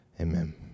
Amen